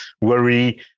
worry